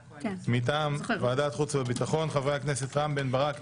מטעם חוץ וביטחון חברי הכנסת רם בן ברק,